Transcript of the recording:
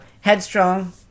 headstrong